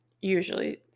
usually